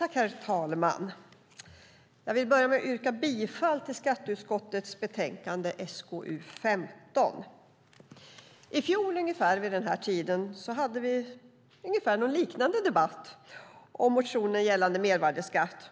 Herr talman! Jag vill börja med att yrka bifall till förslaget i skatteutskottets betänkande SkU15. I fjol, ungefär vid den här tiden, hade vi en liknande debatt om motioner gällande mervärdesskatt.